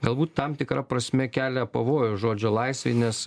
galbūt tam tikra prasme kelia pavojų žodžio laisvei nes